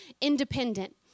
independent